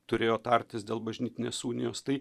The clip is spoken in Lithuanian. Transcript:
turėjo tartis dėl bažnytinės unijos tai